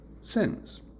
sins